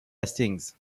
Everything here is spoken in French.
hastings